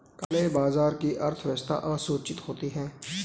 काले बाजार की अर्थव्यवस्था असूचित होती है